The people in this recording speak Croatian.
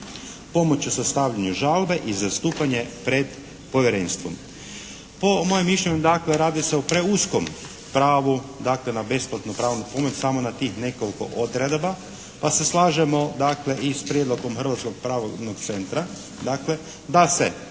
pomoć u sastavljanju žalbe i zastupanje pred povjerenstvom. Po mojem mišljenju dakle radi se o preuskom pravu dakle na besplatnu pravnu pomoć samo na tih nekoliko odredba pa se slažemo dakle i s prijedlogom Hrvatskog pravnog centra dakle